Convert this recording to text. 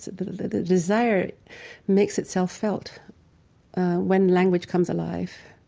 the desire makes itself felt when language comes alive